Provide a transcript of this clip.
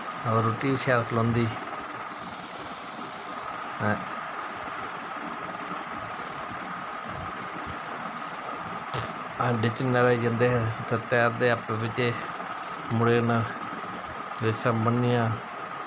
रुट्टी बी शैल खलोंदी ऐं खड्ड च न्हाने गी जंदे हे ते तैरदे हे अपने बिच्चें मुड़े कन्नै रेसां बननियां